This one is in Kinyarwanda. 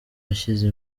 ashyize